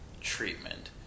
treatment